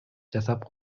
жасап